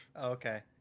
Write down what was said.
okay